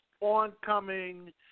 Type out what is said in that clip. oncoming